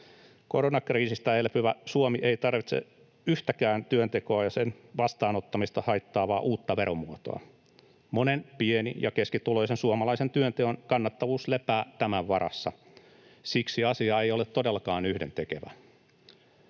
Koronakriisistä elpyvä Suomi ei tarvitse yhtäkään työntekoa ja sen vastaanottamista haittaavaa uutta veromuotoa. Monen pieni‑ ja keskituloisen suomalaisen työnteon kannattavuus lepää tämän varassa. Siksi asia ei ole todellakaan yhdentekevä.